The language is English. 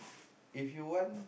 if you want